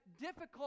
difficult